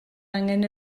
angen